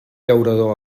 llaurador